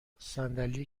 صندلی